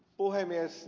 puhemies